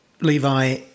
Levi